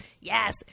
yes